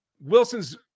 Wilson's